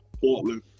Portland